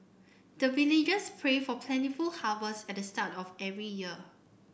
the villagers pray for plentiful harvest at the start of every year